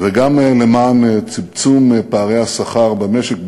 וגם למען צמצום פערי השכר במשק,